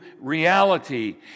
reality